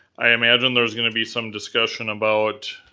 i imagine there was gonna be some discussion about